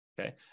Okay